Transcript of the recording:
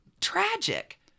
tragic